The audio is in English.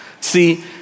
See